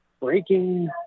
breaking